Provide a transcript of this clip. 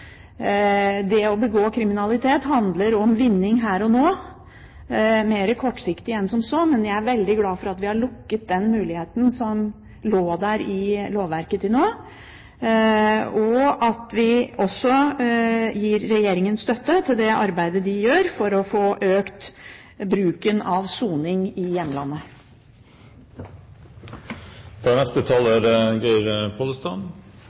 Det å begå kriminalitet handler om vinning her og nå – mer kortsiktig enn som så. Men jeg er veldig glad for at vi har lukket den muligheten som har ligget i lovverket til nå, og at vi også gir regjeringen støtte til det arbeidet den gjør for å få økt bruk av soning i hjemlandet.